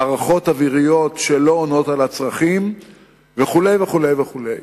מערכות אוויריות שלא עונות על הצרכים וכו' וכו' וכו',